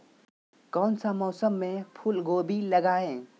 कौन सा मौसम में फूलगोभी लगाए?